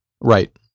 right